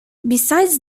besides